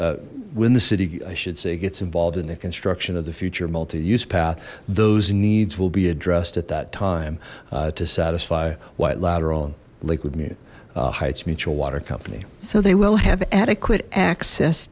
when the city i should say gets involved in the construction of the future multi use path those needs will be addressed at that time to satisfy white lateral liquid mute heights mutual water company so they will have adequate access